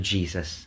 Jesus